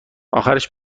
آخرش